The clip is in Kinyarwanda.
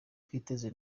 twiteze